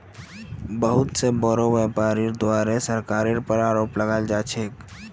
बहुत स बोरो व्यापीरीर द्वारे सरकारेर पर आरोप लगाल जा छेक